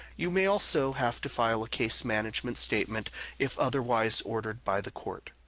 you may also have to file a case management statement if otherwise ordered by the court.